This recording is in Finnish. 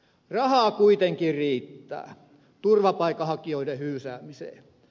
rahaa kuitenkin riittää turvapaikanhakijoiden hyysäämiseen